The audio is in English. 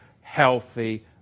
healthy